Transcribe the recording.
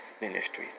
Ministries